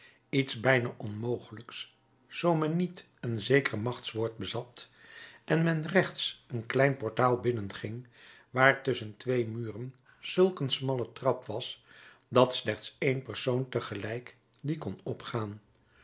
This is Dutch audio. komen iets bijna onmogelijks zoo men niet een zeker machtwoord bezat en men rechts een klein portaal binnenging waar tusschen twee muren zulk een smalle trap was dat slechts één persoon tegelijk die kon opgaan